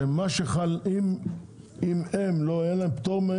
אנחנו מתכוונים שאם לאלה אין פטור,